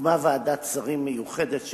אדוני אחראי למשרד המשפטים, זה